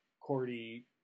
Cordy